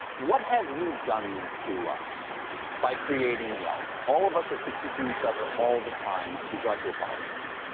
what have you done to us by creating yelp? all of us are critiquing each other all the time. would you like to apologize?